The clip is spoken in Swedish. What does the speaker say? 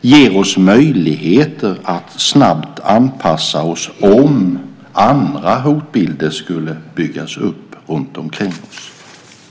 ger oss möjligheter att snabbt anpassa oss om andra hotbilder skulle byggas upp runtomkring oss.